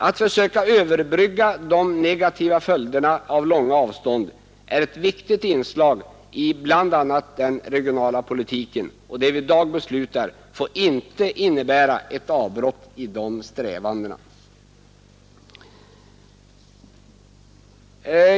Att försöka överbrygga de negativa följderna av långa avstånd är ett viktigt inslag i bl.a. den regionala politiken. Det vi i dag beslutar får inte innebära ett avbrott i dessa strävanden.